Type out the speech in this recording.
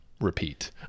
repeat